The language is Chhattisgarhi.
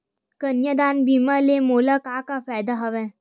कन्यादान बीमा ले मोला का का फ़ायदा हवय?